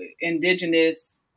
indigenous